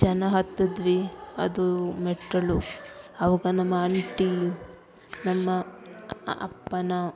ಜನ ಹತ್ತಿದ್ವಿ ಅದು ಮೆಟ್ಟಿಲು ಅವಾಗ ನಮ್ಮ ಆಂಟಿ ನಮ್ಮ ಅಪ್ಪನ